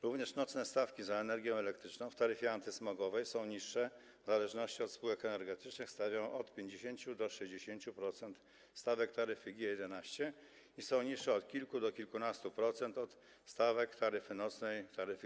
Również nocne stawki za energię elektryczną w taryfie antysmogowej są niższe i w zależności od spółek energetycznych stanowią od 50 do 60% stawek taryfy G11, są też niższe od kilku do kilkunastu procent od stawek taryfy nocnej G12.